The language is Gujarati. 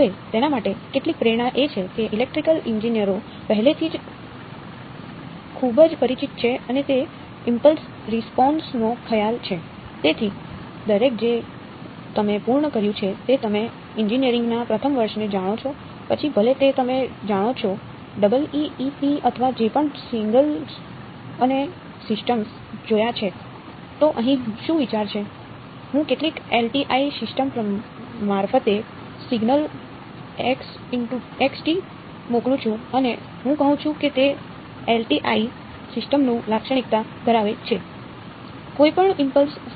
હવે તેના માટે કેટલીક પ્રેરણા એ છે કે ઇલેક્ટ્રીકલ ઇજનેરો પહેલેથી જ થી ખૂબ જ પરિચિત છે અને તે ઇમ્પલ્સ રિસ્પોન્સ